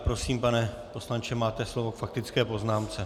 Prosím, pane poslanče, máte slovo k faktické poznámce.